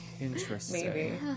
Interesting